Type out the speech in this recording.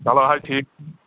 چَلو حظ ٹھیٖک